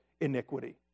iniquity